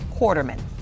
Quarterman